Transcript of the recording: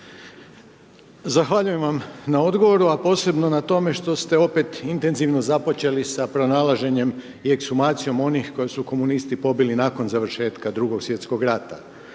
Zahvaljujem vam na odgovoru, a posebno na tome što ste opet intenzivno započeli sa pronalaženjem i ekshumacijom onih koji su komunisti pobili nakon završetku 2.sv. rata.